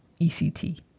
ECT